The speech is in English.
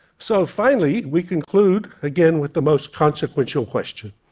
so finally, we conclude again with the most consequential question,